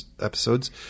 episodes